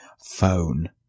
phone